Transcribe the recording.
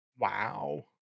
Wow